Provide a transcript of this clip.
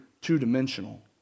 two-dimensional